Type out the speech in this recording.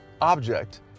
object